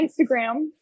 Instagram